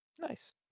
Nice